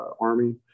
army